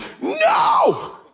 No